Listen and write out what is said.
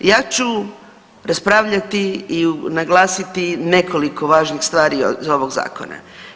Ja ću raspravljati i naglasiti nekoliko važnih stvari iz ovog Zakona.